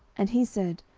and he said,